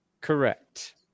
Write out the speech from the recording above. Correct